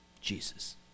Jesus